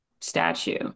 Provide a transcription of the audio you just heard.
statue